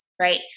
right